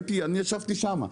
אני ישבתי שם.